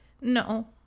no